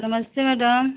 नमस्ते मैडम